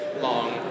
long